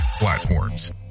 platforms